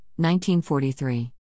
1943